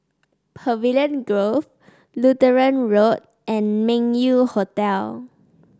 Pavilion Grove Lutheran Road and Meng Yew Hotel